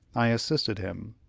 i assisted him,